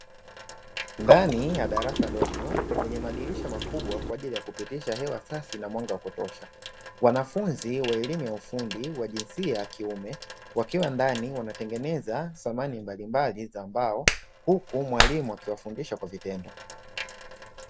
Ndani ya darasa dogo; lenye madirisha makubwa kwa ajili ya kupitisha hewa safi na mwanga wa kutosha. Wanafunzi wa elimu ya ufundi wa jinsia ya kiume wakiwa ndani wanatengeneza samani mbalimbali za mbao, huku mwalimu akiwafundisha kwa vitendo.